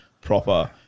proper